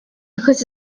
because